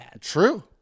True